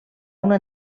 una